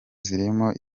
zirimo